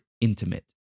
intimate